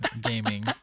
gaming